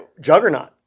juggernaut